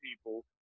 people